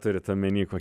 turit omeny kok